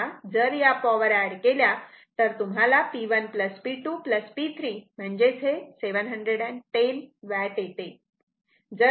तेव्हा जर या पॉवर एड केल्या तर P 1 P 2 P 3 710 वॅट येते